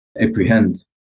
apprehend